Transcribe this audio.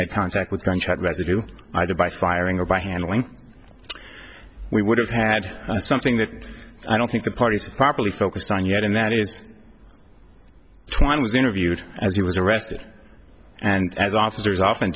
had contact with contract residue either by firing or by handling we would have had something that i don't think the parties properly focused on yet and that is trying was interviewed as he was arrested and as officers often